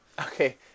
Okay